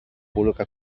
vulga